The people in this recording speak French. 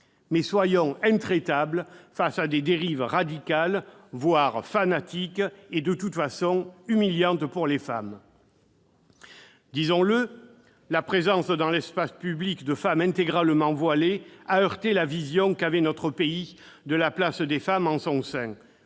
Soyons intraitables face à des dérives radicales, voire fanatiques, et de toute façon humiliantes pour les femmes. Disons-le, la présence dans l'espace public de femmes intégralement voilées a heurté la vision qu'avait notre pays de la place des femmes en son sein